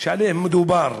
שעליהם מדובר.